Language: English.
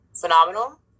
Phenomenal